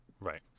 Right